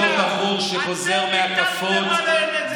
מאותו בחור שחוזר מהקפות, אתם הטלתם עליהם את זה.